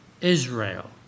Israel